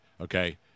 okay